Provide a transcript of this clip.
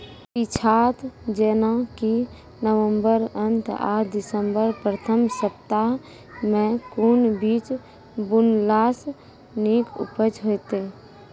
पीछात जेनाकि नवम्बर अंत आ दिसम्बर प्रथम सप्ताह मे कून बीज बुनलास नीक उपज हेते?